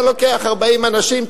אתה לוקח 40 אנשים,